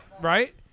right